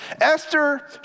Esther